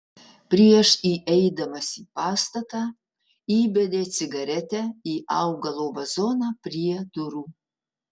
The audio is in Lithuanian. prieš įeidamas į pastatą įbedė cigaretę į augalo vazoną prie durų